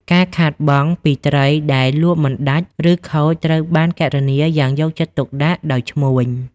ការខាតបង់ ពីត្រីដែលលក់មិនដាច់ឬខូចត្រូវបានគណនាយ៉ាងយកចិត្តទុកដាក់ដោយឈ្មួញ។